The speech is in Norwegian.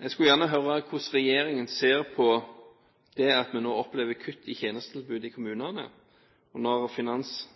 Jeg vil gjerne høre hvordan regjeringen ser på dette at vi nå opplever kutt i tjenestetilbudet i kommunene. Når